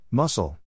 Muscle